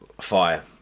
fire